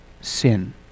sin